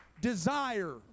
desire